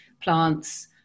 plants